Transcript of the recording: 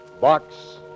Box